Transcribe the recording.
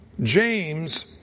James